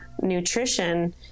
nutrition